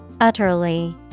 utterly